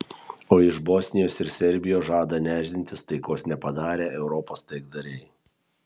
o iš bosnijos ir serbijos žada nešdintis taikos nepadarę europos taikdariai